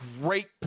great